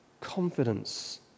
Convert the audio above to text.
confidence